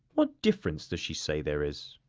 what difference does she say there is?